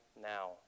now